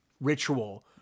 ritual